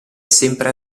sempre